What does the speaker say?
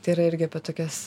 tai yra irgi apie tokias